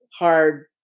hard